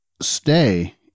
stay